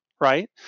right